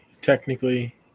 technically